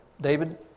David